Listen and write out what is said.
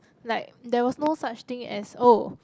like there was no such thing as oh